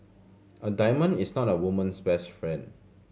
a diamond is not a woman's best friend